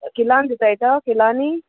किलान दिता किलानी